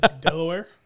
Delaware